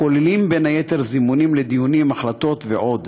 הכוללים בין היתר זימונים לדיונים, החלטות ועוד,